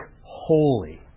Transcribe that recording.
holy